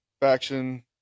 faction